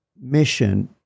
mission